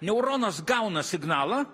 neuronas gauna signalą